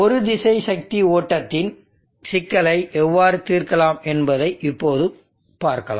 ஒரு திசை சக்தி ஓட்டத்தின் சிக்கலை எவ்வாறு தீர்க்கலாம் என்பதை இப்போது பார்க்கலாம்